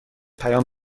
پیام